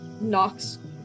knocks